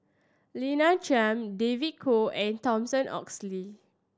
Lina Chiam David Kwo and Thomas Oxley